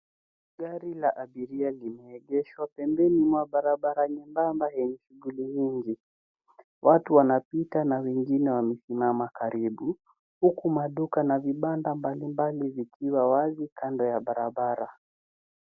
Gari la abiria limeegeshwa pembeni mwa barabara nyembamba yenye shughuli nyingi. Watu wanapita na wengine wamesimama karibu huku maduka na vibanda mbalimbali vikiwa wazi kando ya barabara.